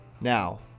Now